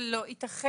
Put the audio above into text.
זה לא ייתכן.